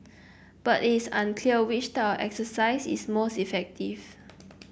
but it is unclear which type of exercise is most effective